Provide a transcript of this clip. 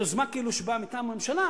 זה כאילו יוזמה שבאה מטעם הממשלה